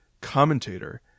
commentator